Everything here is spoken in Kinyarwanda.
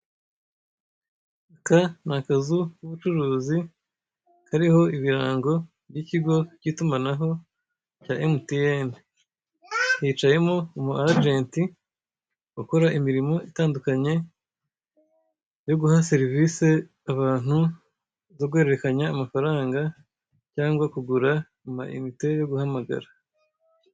Aka ni akazu k'ubucuruzi kariho ibirango by'ikigo cy'itumanaho cya Emutiyene. Hicayemo umwagenti ukora imirimo itandukanye yo guha serivisi abantu zo guhererekanya amafaranga cyangwa kugura amayinite yo guhamagara.